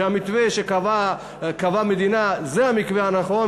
שהמתווה שקבעה המדינה זה המתווה הנכון,